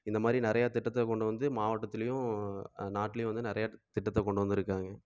இந்த மாரி நிறையா திட்டத்தை கொண்டு வந்து மாவட்டத்துலையும் நாட்லையும் வந்து நிறையா திட்டத்தை கொண்டு வந்துருக்காங்க